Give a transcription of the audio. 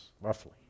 Roughly